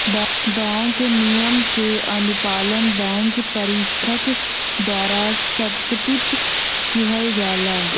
bank नियम क अनुपालन बैंक परीक्षक द्वारा सत्यापित किहल जाला